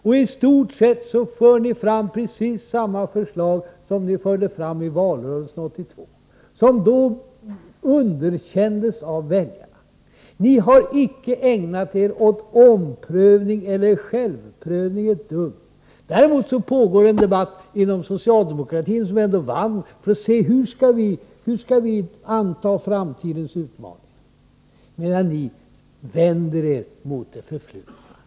Och i stort sett för ni fram precis samma förslag som ni förde fram i valrörelsen 1982 — och som då underkändes av väljarna. Ni har icke ägnat er ett dugg åt omprövning eller självprövning. Däremot pågår en debatt inom socialdemokratin — som ändå vann — om hur vi skall anta framtidens utmaning, medan ni vänder er mot det förflutna.